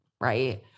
right